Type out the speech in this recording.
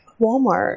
Walmart